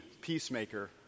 peacemaker